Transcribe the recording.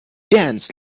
danced